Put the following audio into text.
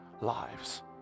lives